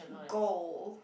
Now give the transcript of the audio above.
goal